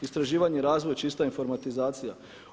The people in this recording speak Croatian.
Istraživanje i razvoj, čista informatizacija.